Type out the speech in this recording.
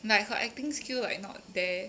like her acting skill like not there